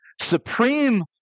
supreme